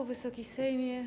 Wysoki Sejmie!